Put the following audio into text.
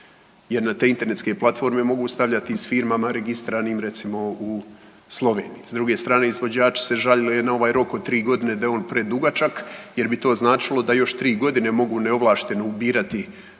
jer na te internetske platforme mogu stavljati i s firmama registriranim recimo u Sloveniji. S druge strane izvođači se žalili na ovaj rok od tri godine da je on predugačak, jer bi to značilo da još tri godine mogu neovlašteno ubirati